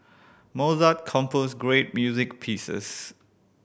Mozart composed great music pieces